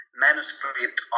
manuscript